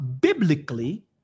biblically